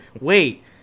wait